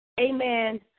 Amen